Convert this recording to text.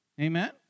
amen